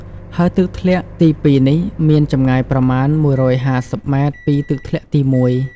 ហើយទឹកធ្លាក់ទី២នេះ មានចំងាយប្រមាណ១៥០ម៉ែត្រពីទឹកធ្លាក់ទី១។